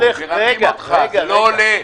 זה לא עולה.